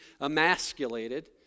emasculated